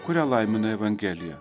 kurią laimina evangelija